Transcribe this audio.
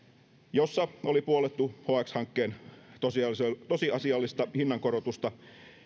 jossa oli puollettu hx hankkeen tosiasiallista tosiasiallista hinnankorotusta